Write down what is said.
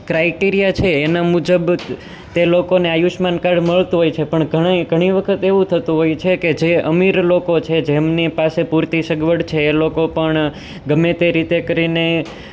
criteria છે એના મુજબ તે લોકોને આયુષ્માન કાર્ડ મળતું હોય છે પણ ઘણી ઘણી વખત એવું થતું હોય છે કે જે અમીર લોકો છે જેમની પાસે પૂરતી સગવડ છે એ લોકો પણ ગમે તે રીતે કરીને